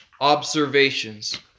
observations